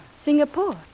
Singapore